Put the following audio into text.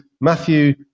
Matthew